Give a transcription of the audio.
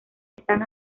están